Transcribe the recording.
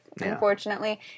unfortunately